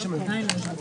הישיבה ננעלה בשעה